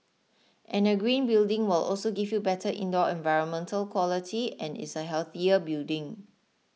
and a green building will also give you better indoor environmental quality and is a healthier building